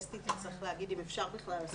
אסתי תצטרך להגיד אם אפשר בכלל לעשות את ההפרדה הזאת.